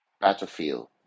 battlefield